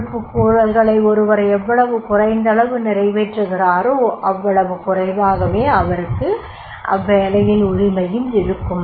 பொறுப்புக்கூறல்களை ஒருவர் எவ்வளவு குறைந்தளவு நிறைவேற்றுகிறாரோ அவ்வளவு குறைவாகவே அவருக்கு அவ்வேலையில் உரிமையும் இருக்கும்